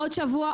בעוד שבוע,